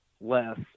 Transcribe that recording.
less